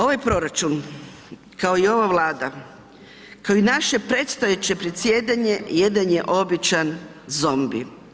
Ovaj proračun kao i ova Vlada, kao i naše predstojeće predsjedanje jedan je običan zombi.